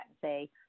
say